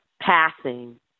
passing